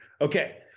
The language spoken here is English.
Okay